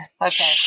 Okay